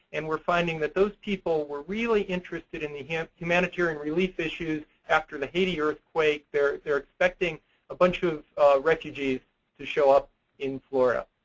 and we're finding that those people were really interested in the humanitarian relief issues after the haiti earthquake. they're they're expecting a bunch of refugees to show up in florida.